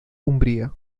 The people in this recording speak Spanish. umbría